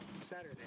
Saturday